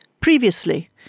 previously